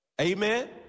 Amen